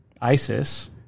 ISIS